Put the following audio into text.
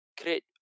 create